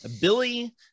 Billy